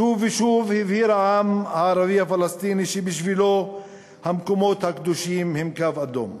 שוב ושוב הבהיר העם הערבי הפלסטיני שבשבילו המקומות הקדושים הם קו אדום,